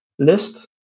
list